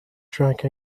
drank